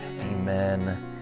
Amen